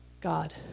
God